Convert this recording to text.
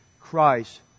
Christ